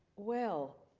well,